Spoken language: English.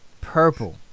purple